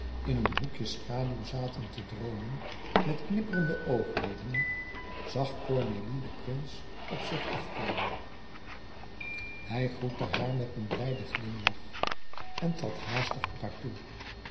in een hoekje schaduw zaten te droomen met knippende oogleden zag cornélie den prins op zich afkomen hij groette haar met een blijden glimlach en trad haastig op haar toe